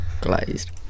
glazed